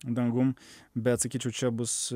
dangum bet sakyčiau čia bus